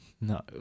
No